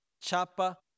Chapa